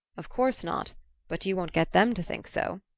of course not but you won't get them to think so.